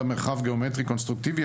במרחב גאומטרי קונסטרוקטיבי,